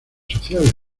sociales